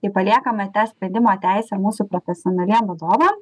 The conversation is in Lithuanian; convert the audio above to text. ir paliekame tą sprendimo teisę mūsų profesionaliem vadovam